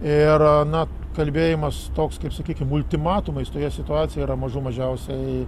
ir na kalbėjimas toks kaip sakykim ultimatumais toje situacijoj yra mažų mažiausiai